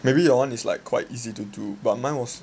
maybe your one is like quite easy to do but mine was